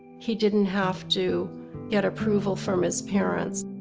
he didn't have to get approval from his parents,